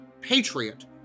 patriot